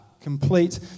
complete